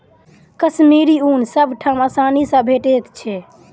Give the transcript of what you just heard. कश्मीरी ऊन सब ठाम आसानी सँ भेटैत छै